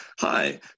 Hi